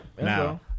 now